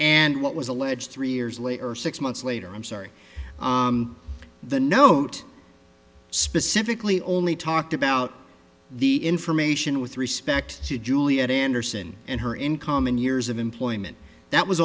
and what was alleged three years later six months later i'm sorry the note specifically only talked about the information with respect to juliet anderson and her income and years of employment that was